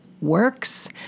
works